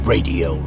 Radio